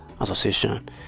Association